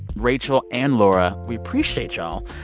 rachel, and laura. we appreciate y'all.